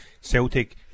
Celtic